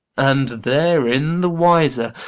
and therein the wiser.